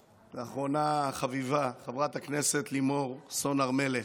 ואחרונה חביבה, חברת הכנסת לימור סון הר מלך,